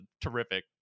terrific